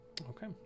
Okay